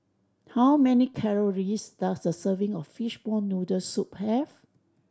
how many calories does a serving of fishball noodle soup have